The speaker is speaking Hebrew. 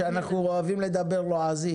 שאנחנו אוהבים לדבר לועזית